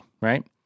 Right